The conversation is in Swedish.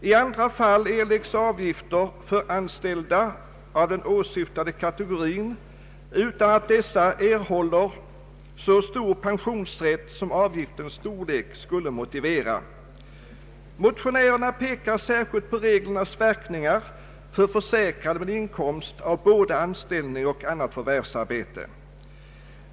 I andra fall erläggs avgifter för anställda av den åsyftade kategorin utan att dessa erhåller så stor pensionsrätt som avgiftens storlek skulle motivera. Motionärerna pekar särskilt på reglernas verkningar för försäkrade med inkomst av både anställning och annat förvärvsarbete.